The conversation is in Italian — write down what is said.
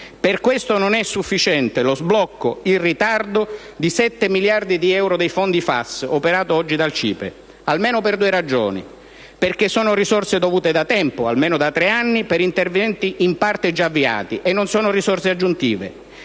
Per questo non è sufficiente lo sblocco in ritardo di 7 miliardi di euro dei fondi FAS operato oggi dal CIPE, almeno per due ragioni: perché sono risorse dovute da tempo (almeno da tre anni) per interventi in parte già avviati e non sono risorse aggiuntive;